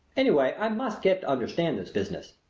anyway i must get to understand this business.